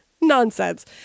Nonsense